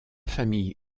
famille